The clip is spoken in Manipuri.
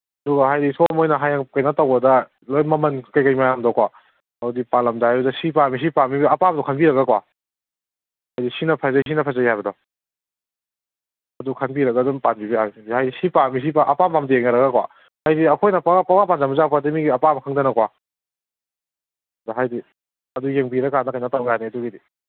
ꯍꯥꯏꯗꯤ ꯁꯣꯝꯍꯣꯏꯅ ꯍꯌꯦꯡ ꯀꯩꯅꯣ ꯇꯧꯕꯗ ꯂꯣꯏ ꯃꯃꯟ ꯀꯔꯤ ꯀꯔꯤ ꯃꯌꯥꯝꯗꯣꯀꯣ ꯑꯗꯨꯗꯤ ꯄꯥꯜꯂꯝꯗꯥꯏꯗꯨꯗ ꯁꯤ ꯄꯥꯝꯃꯤ ꯁꯤ ꯄꯥꯝꯃꯤꯗꯨ ꯑꯄꯥꯝꯕꯗꯨ ꯈꯟꯕꯤꯔꯒꯀꯣ ꯍꯥꯏꯗꯤ ꯁꯤꯅ ꯐꯖꯩ ꯁꯤꯅ ꯐꯖꯩ ꯍꯥꯏꯕꯗꯣ ꯑꯗꯨ ꯈꯟꯕꯤꯔꯒ ꯑꯗꯨꯝ ꯄꯥꯟꯕꯤꯕ ꯌꯥꯏ ꯁꯤ ꯄꯥꯝꯃꯤ ꯑꯄꯥꯝ ꯄꯥꯝꯗ ꯌꯦꯡꯅꯔꯒꯀꯣ ꯍꯥꯏꯗꯤ ꯑꯩꯈꯣꯏꯅ ꯄꯪꯄꯥꯟ ꯄꯥꯟꯖꯤꯟꯕꯁꯨ ꯌꯥꯄꯣꯠꯇꯦ ꯃꯤꯒꯤ ꯑꯄꯥꯝꯕꯁꯨ ꯈꯪꯗꯅꯀꯣ ꯍꯥꯏꯗꯤ ꯑꯗꯨꯒꯤ ꯌꯦꯡꯕꯤꯔꯀꯥꯟꯗ ꯀꯩꯅꯣ ꯇꯧ ꯌꯥꯅꯤ ꯑꯗꯨꯒꯤꯗꯤ